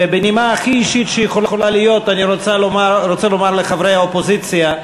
ובנימה הכי אישית שיכולה להיות אני רוצה לומר לחברי האופוזיציה,